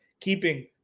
keeping